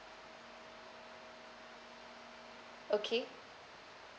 okay